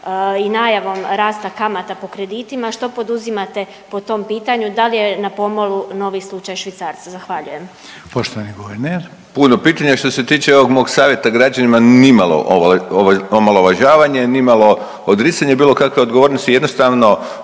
i najavom rasta kamata po kreditima, što poduzimate po tom pitanju, dal je na pomolu novi slučaj švicarca? Zahvaljujem. **Reiner, Željko (HDZ)** Poštovani guverner. **Vujčić, Boris** Puno pitanje, što se tiče ovog mog savjeta građanima, nimalo omalovažavanje, nimalo odricanje bilo kakve odgovornosti, jednostavno